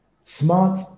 smart